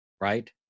right